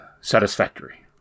satisfactory